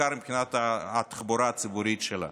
בעיקר מבחינת התחבורה הציבורית שלה.